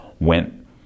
Went